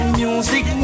music